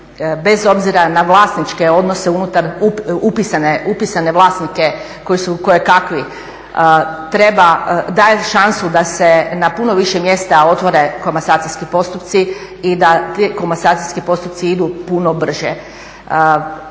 bez obzira na vlasničke odnose unutar upisane vlasnike koji su kojekakvi, daje šansu da se na puno više mjesta otvore komasacijski postupci i da ti komasacijski postupci idu puno brže.